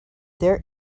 there